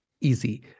easy